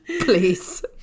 Please